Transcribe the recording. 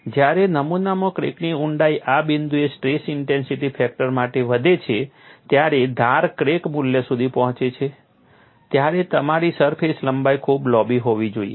જ્યારે નમૂનામાં ક્રેકની ઊંડાઈ આ બિંદુએ સ્ટ્રેસ ઇન્ટેન્સિટી ફેક્ટર માટે વધે છે ત્યારે ધાર ક્રેક મૂલ્ય સુધી પહોંચે છે ત્યારે તમારી સરફેસ લંબાઈ ખૂબ લાંબી હોવી જરૂરી છે